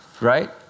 right